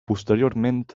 posteriorment